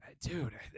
Dude